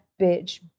bitch